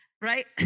right